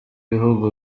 bihugu